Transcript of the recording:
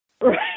Right